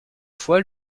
fois